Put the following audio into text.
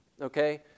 okay